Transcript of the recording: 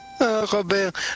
Robert